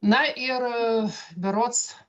na ir berods